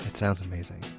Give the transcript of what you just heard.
sounds amazing.